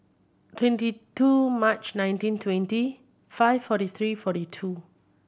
twenty two March nineteen twenty five forty three forty two